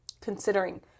considering